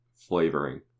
flavoring